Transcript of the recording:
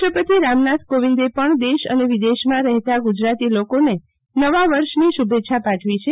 રાષ્ટ્રપતિ રામનાથ કોવિંદે પણ દેશ અને વિદેશમાં રહેતા ગુજરાતી લોકોને નવા વર્ષની શુભેચ્છા પાઠવી છે